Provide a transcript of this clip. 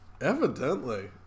Evidently